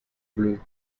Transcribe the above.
bleus